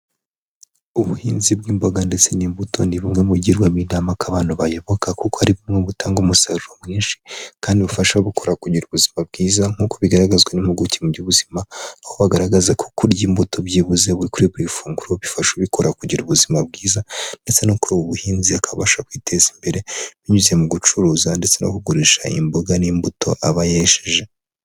Ubuhinzi bw'imboga ndetse n'imbuto ni bumwe mu bugirwamo inama ko abantu bayoboka kuko ari bumwe mu butanga umusaruro mwinshi kandi bufasha gukora kugira ubuzima bwiza nkuko bigaragazwa n'impimpuguke mu by'ubuzima, aho bagaragaza ko kurya imbuto byibuze buri kuri funguro bifasha ubikora kugira ubuzima bwiza ndetse no kuri ubu buhinzi akabasha kwiteza imbere binyuze mu gucuruza ndetse no kugurisha imboga n'imbuto aba yejeje.